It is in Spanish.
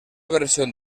versión